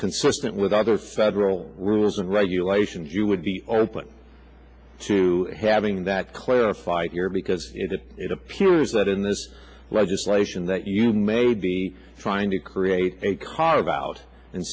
consistent with other several rules and regulations you would be open to having that clarified here because it appears that in this legislation that you may be trying to create a car about and